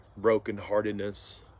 brokenheartedness